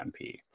MP